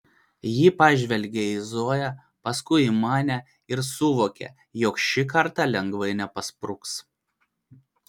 ji pažvelgia į zoją paskui į mane ir suvokia jog šį kartą lengvai nepaspruks